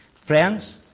Friends